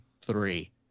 three